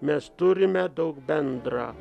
mes turime daug bendrą